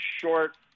short